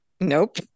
Nope